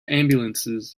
ambulances